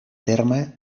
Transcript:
terme